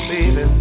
Baby